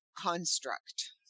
construct